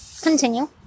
Continue